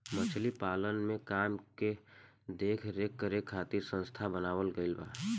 मछली पालन के काम के देख रेख करे खातिर संस्था बनावल गईल बा